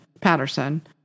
Patterson